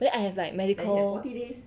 but then I have like medical